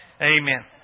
Amen